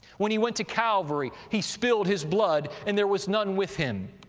when he went to calvary he spilled his blood and there was none with him.